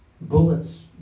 bullets